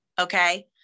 okay